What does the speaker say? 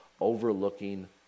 overlooking